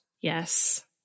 Yes